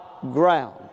ground